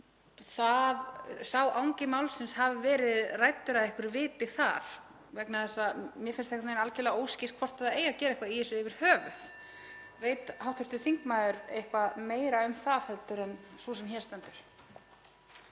þessi angi málsins hafi verið ræddur af einhverju viti þar vegna þess að mér finnst algjörlega óskýrt hvort það eigi að gera eitthvað í þessu yfir höfuð. Veit hv. þingmaður eitthvað meira um það heldur en sú sem hér stendur?